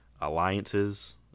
alliances